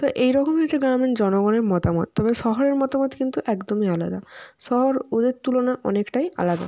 তো এই রকমই হচ্ছে গ্রামীণ জনগণের মতামত তবে শহরের মতামত কিন্তু একদমই আলাদা শহর ওদের তুলনায় অনেকটাই আলাদা